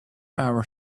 our